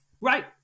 Right